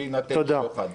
שיינתן שוחד.